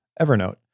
Evernote